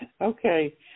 Okay